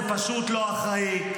זה פשוט לא אחראי,